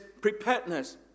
preparedness